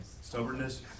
Stubbornness